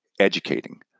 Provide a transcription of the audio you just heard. educating